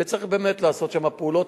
וצריך באמת לעשות שם פעולות.